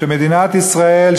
שמדינת ישראל,